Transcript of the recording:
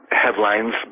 headlines